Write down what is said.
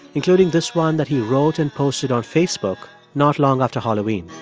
including this one that he wrote and posted on facebook not long after halloween